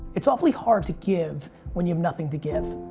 it's awfully hard to give when you have nothing to give.